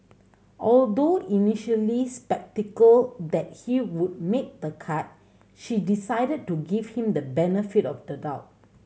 although initially sceptical that he would make the cut she decided to give him the benefit of the doubt